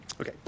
Okay